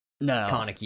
no